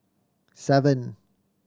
seven